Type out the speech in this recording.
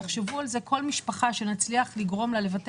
תחשוב על זה שכל משפחה שנצליח לגרום לה לוותר